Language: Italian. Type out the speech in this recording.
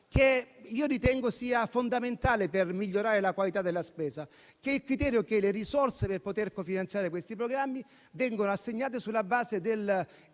che ritengo fondamentale per migliorare la qualità della spesa: le risorse per poter cofinanziare questi programmi vengono assegnate sulla base dei